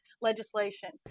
legislation